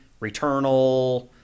Returnal